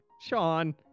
Sean